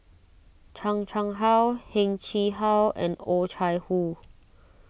Chan Chang How Heng Chee How and Oh Chai Hoo